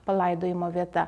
palaidojimo vieta